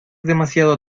demasiado